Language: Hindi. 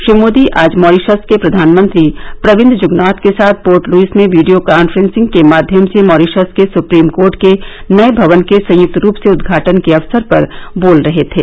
श्री मोदी आज मॉरीशस के प्रधानमंत्री प्रविन्द जुगनॉथ के साथ पोर्ट लुइस में वीडियो कांफ्रेसिंग के माध्यम से मॉरीशस के सुप्रीम कोर्ट के नये भवन के संयुक्त रूप से उद्घाटन के अवसर पर बोल रहे थे